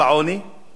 אלוהים יעזור להם.